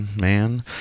man